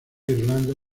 irlanda